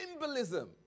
symbolism